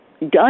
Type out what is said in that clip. done